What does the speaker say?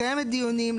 מקיימת דיונים,